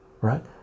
right